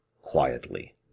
quietly